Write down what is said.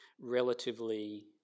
relatively